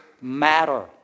matter